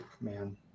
man